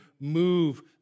move